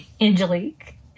Angelique